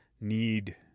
need